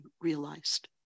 realized